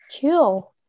Cool